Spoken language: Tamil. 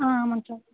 ஆ ஆமாம்ங்க சார்